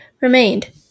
remained